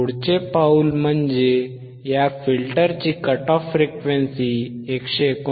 पुढचे पाऊल म्हणजे या फिल्टरची कट ऑफ फ्रिक्वेन्सी 159